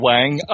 Wang